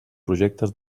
projectes